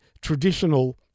traditional